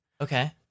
Okay